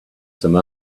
some